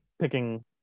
picking